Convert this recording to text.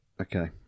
Okay